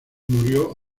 murió